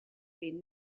been